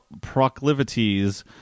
proclivities